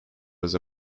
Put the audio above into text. was